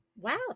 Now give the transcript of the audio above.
wow